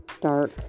dark